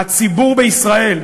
הציבור בישראל,